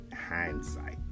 hindsight